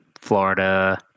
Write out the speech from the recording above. Florida